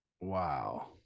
Wow